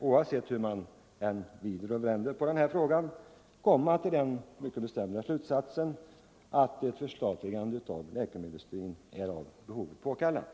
Oavsett hur man vrider och vänder på den här frågan 27 kommer jag till slutsatsen, att ett förstatligande av läkemedelsindustrin är av behovet påkallat.